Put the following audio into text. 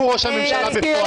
הוא ראש הממשלה בפועל שלכם.